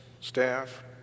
staff